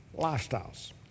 lifestyles